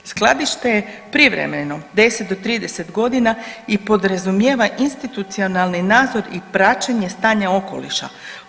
Skladište je privremeno 10 do 30 godina i podrazumijeva institucionalni nadzor i praćenja stanja okoliša.